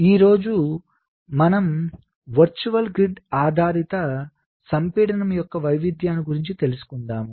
ఈ రోజు మనం వర్చువల్ గ్రిడ్ ఆధారిత సంపీడనం యొక్క వైవిధ్యాన్నిగురించి తెలుసుకుందాం